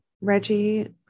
Reggie